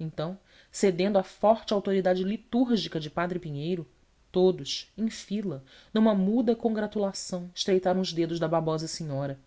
então cedendo à forte autoridade litúrgica de padre pinheiro todos em fila numa congratulação estreitaram os dedos da babosa senhora